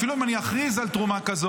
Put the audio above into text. אפילו אם אני אכריז על תרומה כזאת,